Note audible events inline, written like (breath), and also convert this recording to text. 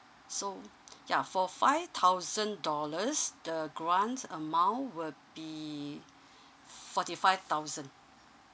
so yeah for five thousand dollars the grant amount will be (breath) forty five thousand